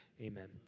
amen